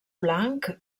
blanc